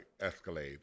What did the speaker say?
Escalade